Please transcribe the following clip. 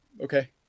okay